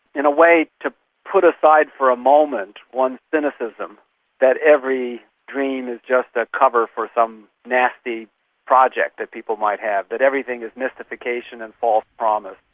in a way to put aside for a moment one's cynicism that every dream is just a cover for some nasty project that people might have, that everything is mystification and false promise.